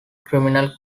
criminal